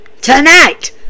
Tonight